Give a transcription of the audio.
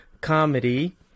Comedy